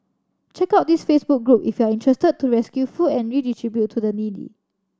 check out this Facebook group if you are interested to rescue food and redistribute to the needy